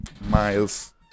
Miles